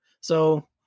So-